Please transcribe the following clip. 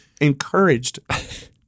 encouraged